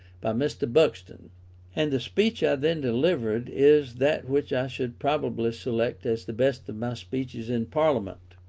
by mr. buxton and the speech i then delivered is that which i should probably select as the best of my speeches in parliament.